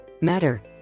matter